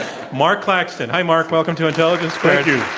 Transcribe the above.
marq claxton. hi, marq. welcome to intelligence squared. yeah